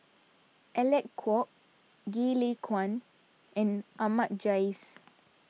Alec Kuok Goh Lay Kuan and Ahmad Jais